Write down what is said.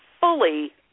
fully